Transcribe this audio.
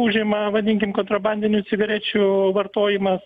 užima vadinkim kontrabandinių cigarečių vartojimas